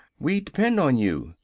we depend on you!